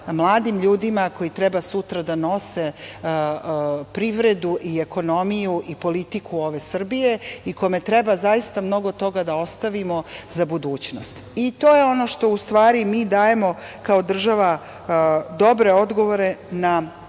mladim ljudima koji treba sutra da nose privredu i ekonomiju i politiku ove Srbije, i kome treba zaista mnogo toga da ostavimo, za budućnost i to je ono što ustvari mi dajemo kao država dobre odgovore na